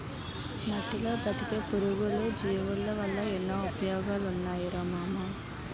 మట్టిలో బతికే పురుగులు, జీవులవల్ల ఎన్నో ఉపయోగాలున్నాయిరా మామా